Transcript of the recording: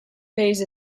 phase